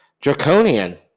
Draconian